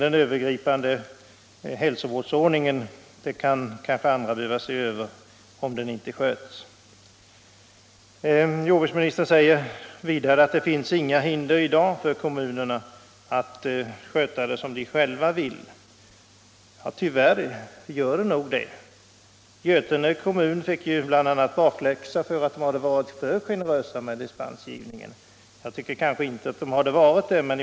Sedan bör kanske länsstyrelsen ha den övergripande hälsovårdstillsynen: Jordbruksministern säger vidare att det i dag inte finns några hinder för kommunerna att sköta renhållningen som de själva vill. Tyvärr gör det nog det. Götene kommun fick t.ex. bakläxa för att den varit för generös med dispensgivningen. Jag tycker inte att kommunen varit det.